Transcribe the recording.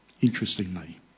interestingly